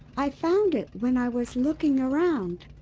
i found it when i was looking around.